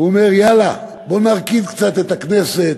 והוא אומר, יאללה, בוא נרקיד קצת את הכנסת,